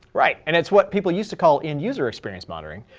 right, and it's what people used to call end-user experience monitoring.